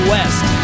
West